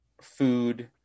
food